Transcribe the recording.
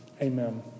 Amen